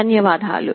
ధన్యవాదాలు